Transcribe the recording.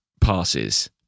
passes